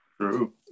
True